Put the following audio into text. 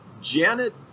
Janet